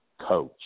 coach